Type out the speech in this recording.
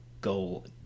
goal